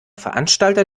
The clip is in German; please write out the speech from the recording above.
veranstalter